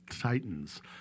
titans